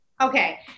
Okay